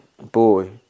boy